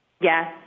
Yes